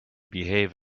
behave